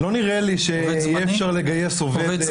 לא נראה לי שאפשר לגייס עובד.